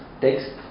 text